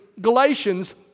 Galatians